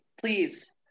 Please